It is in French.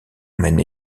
mène